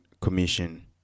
Commission